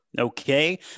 Okay